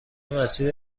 مسیر